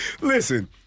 listen